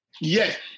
Yes